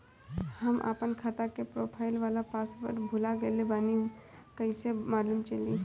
हम आपन खाता के प्रोफाइल वाला पासवर्ड भुला गेल बानी कइसे मालूम चली?